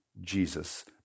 Jesus